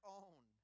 own